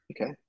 Okay